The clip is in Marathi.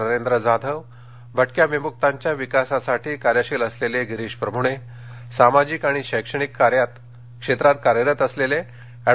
नरेंद्र जाधव भटक्या विमुकांच्या विकासासाठी कार्यशील असलेले गिरीश प्रभूणे सामाजिक आणि शैक्षणिक क्षेत्रात कार्यरत असलेले एड